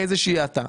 האטה.